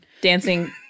dancing